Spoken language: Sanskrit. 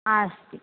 अस्ति